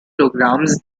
programs